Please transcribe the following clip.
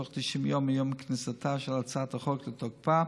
בתוך 90 ימים מיום כניסתה של הצעת החוק לתוקפה,